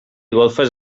golfes